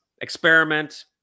Experiment